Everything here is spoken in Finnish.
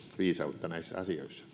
viisautta näissä asioissa